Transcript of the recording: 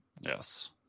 Yes